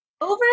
over